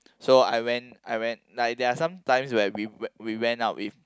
so I went I went like there are some times where we went we went out with